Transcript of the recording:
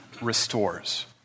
restores